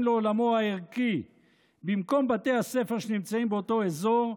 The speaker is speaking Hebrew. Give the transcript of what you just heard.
לעולמו הערכי במקום בתי הספר שנמצאים באותו אזור,